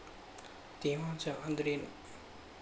ತೇವಾಂಶ ಅಂದ್ರೇನು?